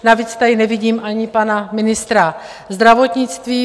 Navíc tady nevidím ani pana ministra zdravotnictví.